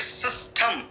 system